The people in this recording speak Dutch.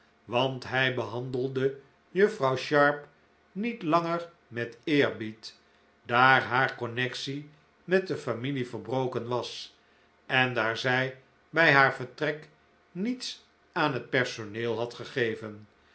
want hij behandelde juffrouw sharp niet langer met eerbied daar haar connectie met de familie verbroken was en daar zij bij haar vertrek niets aan het personeel had gegeven